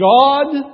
God